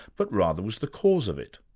but rather was the cause of it.